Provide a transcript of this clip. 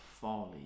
folly